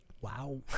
Wow